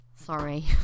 Sorry